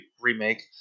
remake